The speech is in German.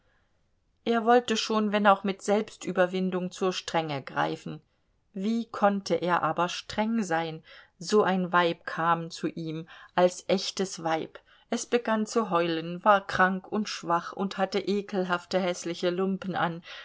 er wollte schon wenn auch mit selbstüberwindung zur strenge greifen wie konnte er aber streng sein so ein weib kam zu ihm als echtes weib es begann zu heulen war krank und schwach und hatte ekelhafte häßliche lumpen an